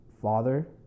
Father